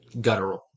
Guttural